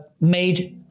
made